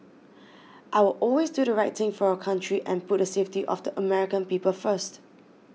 I will always do the right thing for our country and put the safety of the American people first